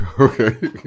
Okay